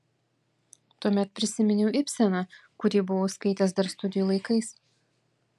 tuomet prisiminiau ibseną kurį buvau skaitęs dar studijų laikais